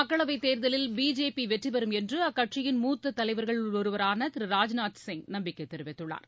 மக்களவைத் தேர்தலில் பிஜேபிவெற்றிபெறும் என்றுஅக்கட்சியின் மூத்தத் தலைவர்களில் ஒருவரானதிரு ராஜ்நாத் சிங் நம்பிக்கைதெரிவித்துள்ளார்